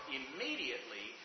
immediately